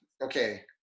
okay